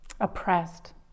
Oppressed